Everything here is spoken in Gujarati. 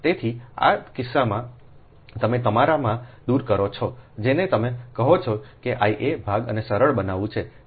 તેથી આ કિસ્સામાં તમે તમારાને દૂર કરો છોજેને તમે કહો છો કે I a ભાગ અને સરળ બનાવું છું